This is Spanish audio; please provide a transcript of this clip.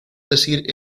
decir